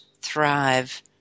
thrive